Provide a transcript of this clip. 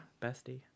bestie